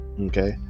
okay